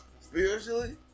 Spiritually